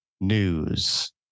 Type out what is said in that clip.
News